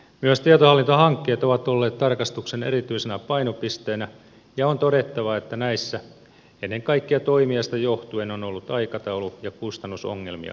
myös tietohallintohankkeet ovat olleet tarkastuksen erityisenä painopisteenä ja on todettava että näissä ennen kaikkea toimijasta johtuen on ollut aikataulu ja kustannusongelmia aika tavalla